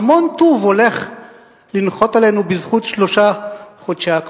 המון טוב הולך לנחות עלינו בזכות שלושה חודשי הקפאה.